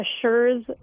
assures